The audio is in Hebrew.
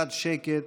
קצת שקט.